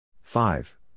Five